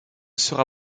sera